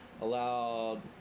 allowed